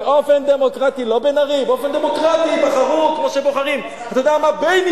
אתה תבחר אותם לפי השקפתך?